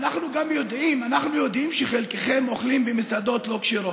אנחנו גם יודעים שחלקכם אוכלים במסעדות לא כשרות,